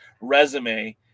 resume